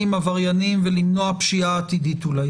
עם עבריינים ולמנוע פשיעה עתידית אולי,